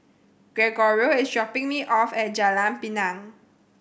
Gregorio is dropping me off at Jalan Pinang